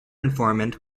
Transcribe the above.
informant